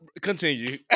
continue